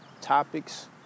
topics